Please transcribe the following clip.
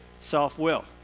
self-will